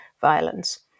violence